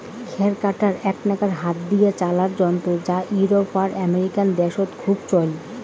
খ্যার কাটা এ্যাকনা হাত দিয়া চালার যন্ত্র যা ইউরোপ আর আমেরিকা দ্যাশত খুব চইল